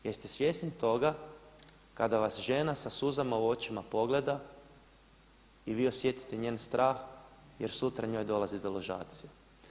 Jeste svjesni toga kada vas žena sa suzama u očima pogleda i vi osjetite njen strah jer sutra njoj dolazi deložacija.